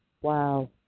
wow